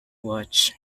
watch